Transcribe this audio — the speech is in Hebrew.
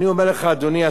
שמירה על ערכים.